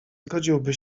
zgodziłby